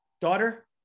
daughter